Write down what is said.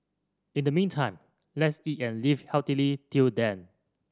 in the meantime let's eat and live healthily till then